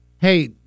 Hey